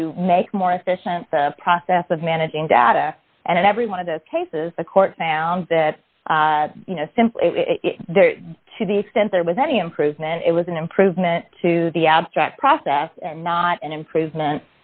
to make more efficient the process of managing data and in every one of those cases the court found that simply to the extent there was any improvement it was an improvement to the abstract process and not an improvement